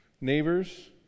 neighbors